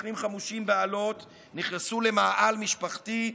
מתנחלים חמושים באלות נכנסו למאהל משפחתי,